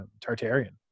Tartarian